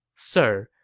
sir,